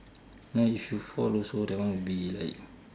ya you should fall also that one will be like